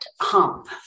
hump